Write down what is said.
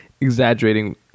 exaggerating